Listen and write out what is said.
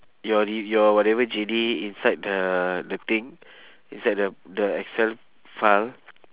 your re~ your whatever J_D inside the the thing inside the the excel file